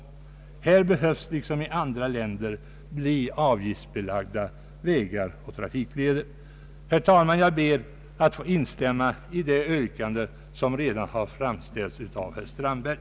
Vad vi behöver, och som redan förekommer i andra länder, är avgiftsbelagda vägar och trafikleder. Herr talman! Jag ber att få instämma i de yrkanden som redan har framställts av herr Strandberg.